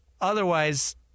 Otherwise